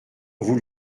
vous